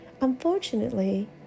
Unfortunately